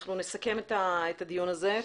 אנחנו נסכם את הדיון הזה.